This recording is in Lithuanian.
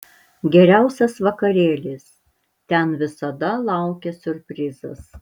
geriausias vakarėlis ten visada laukia siurprizas